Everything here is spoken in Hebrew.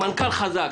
מנכ"ל חזק,